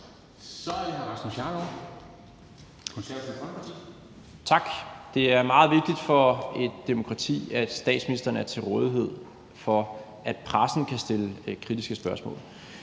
Kl. 00:21 Rasmus Jarlov (KF): Tak. Det er meget vigtigt for et demokrati, at statsministeren er til rådighed, for at pressen kan stille kritiske spørgsmål.